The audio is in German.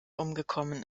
umgekommen